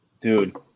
Dude